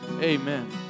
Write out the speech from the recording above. Amen